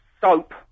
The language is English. Soap